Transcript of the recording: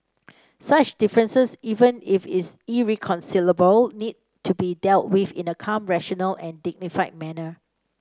such differences even if irreconcilable need to be dealt with in a calm rational and dignified manner